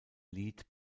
lied